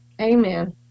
Amen